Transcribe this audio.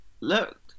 look